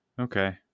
Okay